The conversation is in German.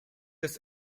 des